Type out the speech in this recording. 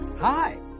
Hi